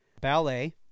ballet